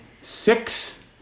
six